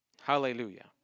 Hallelujah